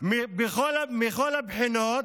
מכל הבחינות,